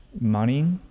money